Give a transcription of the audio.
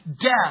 death